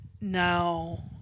Now